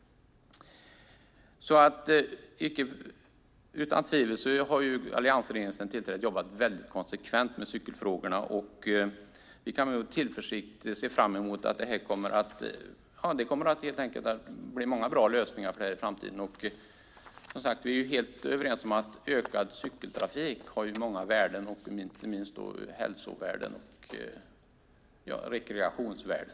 Utan tvivel har alliansregeringen sedan den tillträdde jobbat konsekvent med cykelfrågorna, och vi kan med tillförsikt se fram emot att det kommer att bli många bra lösningar på detta i framtiden. Vi är helt överens om att ökad cykeltrafik har många värden, inte minst hälsovärden och rekreationsvärden.